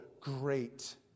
great